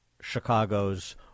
Chicago's